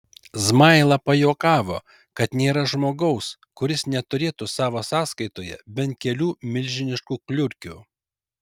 zmaila pajuokavo kad nėra žmogaus kuris neturėtų savo sąskaitoje bent kelių milžiniškų kliurkių